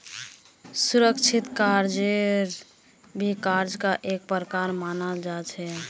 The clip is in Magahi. असुरिक्षित कर्जाक भी कर्जार का एक प्रकार मनाल जा छे